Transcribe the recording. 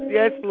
Yes